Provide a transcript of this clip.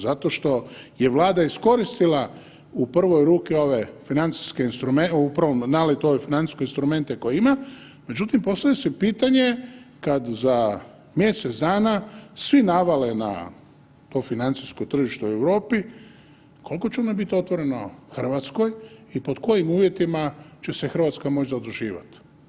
Zato što je Vlada iskoristila u prvoj ruki ove financijske, u prvom naletu ove financijske instrumente koje ima, međutim postavlja se pitanje kad za mjesec dana svi navale na to financijsko tržište u Europi, koliko će ono biti otvoreno Hrvatskoj i pod kojim uvjetima će se Hrvatska moći zaduživati.